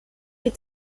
est